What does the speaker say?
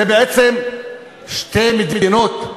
זה בעצם שתי מדינות: